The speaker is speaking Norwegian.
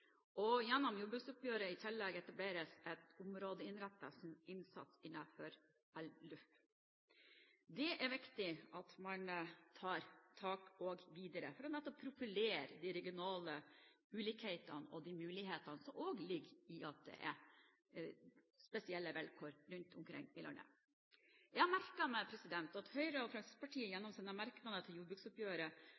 det gjennom jordbruksoppgjøret i tillegg etableres en områderettet innsats innenfor Landbrukets utviklingsfond, LUF. Det er viktig at man tar tak i dette også videre, for nettopp å profilere de regionale ulikhetene og de mulighetene som ligger i at det er spesielle vilkår rundt omkring i landet. Jeg har merket meg at Høyre og Fremskrittspartiet